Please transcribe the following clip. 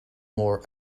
more